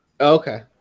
Okay